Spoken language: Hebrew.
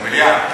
למליאה?